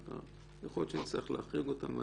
להיות שנצטרך להחריג אותם.